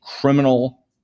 criminal